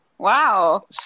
wow